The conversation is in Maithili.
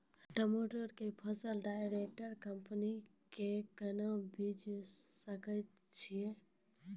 टमाटर के फसल डायरेक्ट कंपनी के केना बेचे सकय छियै?